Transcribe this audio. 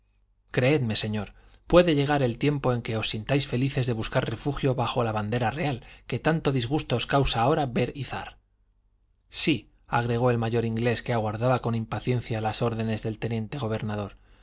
creedme señor puede llegar el tiempo en que os sintáis felices de buscar refugio bajo la bandera real que tanto disgusto os causa ahora ver izar sí agregó el mayor inglés que aguardaba con impaciencia las órdenes del teniente gobernador